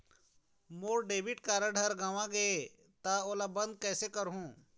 मोर debit card हर गंवा गैर गए हे त ओला बंद कइसे करहूं?